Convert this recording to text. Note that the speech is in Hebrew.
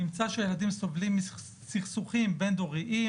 נמצא שהילדים סובלים מסכסוכים בין דוריים,